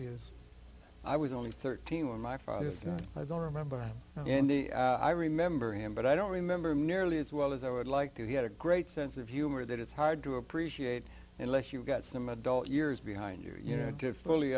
is i was only thirteen when my father was i don't remember him and i remember him but i don't remember him nearly as well as i would like to he had a great sense of humor that it's hard to appreciate unless you've got some adult years behind you you know